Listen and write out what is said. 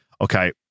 okay